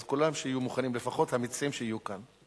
אז כולם שיהיו מוכנים, לפחות המציעים שיהיו כאן.